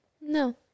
No